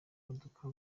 modoka